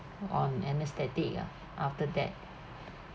on anaesthetic ah after that